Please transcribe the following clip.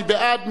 מי בעד?